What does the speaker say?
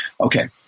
okay